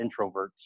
introverts